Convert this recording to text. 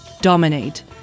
dominate